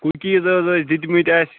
cookies حظ ٲسۍ دِتۍمِتۍ اَسہِ